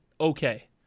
okay